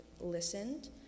listened